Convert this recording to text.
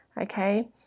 Okay